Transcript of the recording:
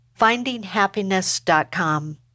findinghappiness.com